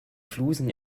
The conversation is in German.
flusen